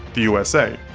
the usa.